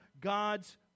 God's